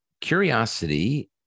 Curiosity